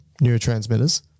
neurotransmitters